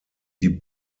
die